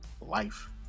life